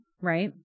right